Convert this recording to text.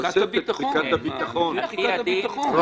------ ותחיקת הביטחון חלה.